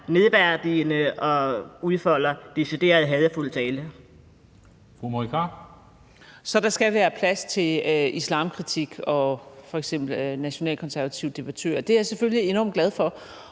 Marie Krarup. Kl. 11:06 Marie Krarup (DF): Så der skal være plads til islamkritik og f.eks. nationalkonservative debattører. Det er jeg selvfølgelig enormt glad for.